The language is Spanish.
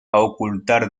ocultar